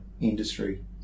industry